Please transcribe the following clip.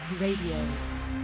Radio